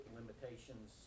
limitations